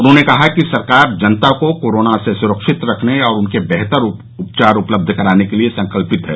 उन्होंने कहा कि सरकार जनता को कोरोना से स्रक्षित रखने और उनका बेहतर उपचार उपलब्ध कराने के लिये संकल्पित है